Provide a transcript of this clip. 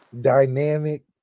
dynamic